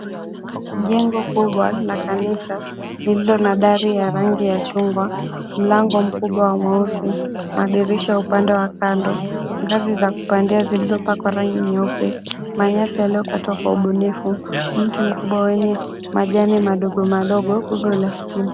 Jengo kubwa la kanisa lililo na dari ya rangi ya chungwa. Mlango mkubwa wa mweusi, madirisha upande wa kando, ngazi za kupandia zilizopakwa rangi nyeupe. Manyasi yaliyokatwa kwa ubunifu. Mti mkubwa wenye majani madogo madogo, gogo la stima.